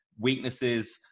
weaknesses